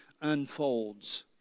unfolds